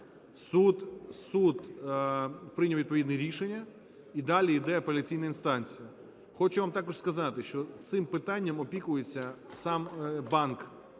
суд прийняв відповідне рішення і далі йде апеляційна інстанція. Хочу вам також сказати, що цим питанням опікується сам банк,